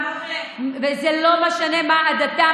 וזה לא משנה מה עדתם.